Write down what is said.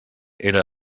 era